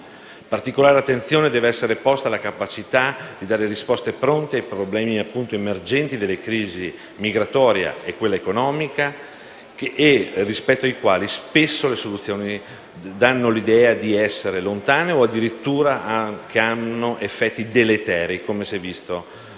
Particolare attenzione deve essere posta alla capacità dell'Europa di dare risposte pronte ai problemi emergenti, come le crisi migratorie ed economiche, rispetto ai quali le soluzioni danno l'idea di essere lontane o, addirittura, producono effetti deleteri, come si è visto nelle